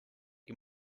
you